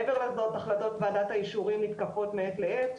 מעבר לזאת, החלטות ועדת האישורים נתקפות מעת לעת.